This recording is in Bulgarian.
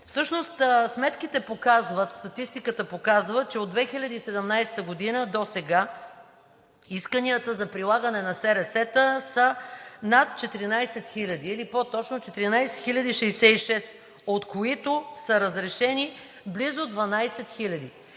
съдилища. Всъщност статистиката показва, че от 2017 г. досега исканията за прилагане на СРС-та са над 14 хиляди или по-точно 14 066, от които са разрешени близо 12